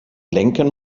lenken